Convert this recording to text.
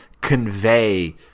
convey